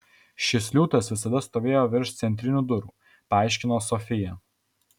šis liūtas visada stovėjo virš centrinių durų paaiškino sofija